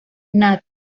nat